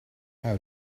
how